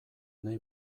nahi